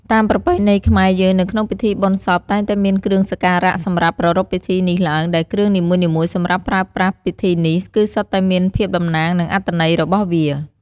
តាមប្រពៃណីខ្មែរយើង នៅក្នុងពិធីបុណ្យសពតែងតែមានគ្រឿងសក្ការៈសម្រាប់ប្រារព្ធពិធីនេះឡើង ដែលគ្រឿងនីមួយៗសម្រាប់ប្រើប្រាស់ពិធីនេះ គឺសុទ្ធតែមានភាពតំណាងនិងអត្ថន័យរបស់វា។